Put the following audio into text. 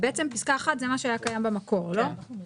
בסופו יבוא "לתוכנית הזאת יש מטרה ממוקדת ומוצהרת,